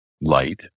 light